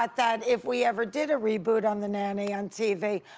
that that if we ever did a reboot on the nanny on tv,